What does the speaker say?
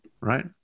right